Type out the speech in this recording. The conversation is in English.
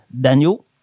Daniel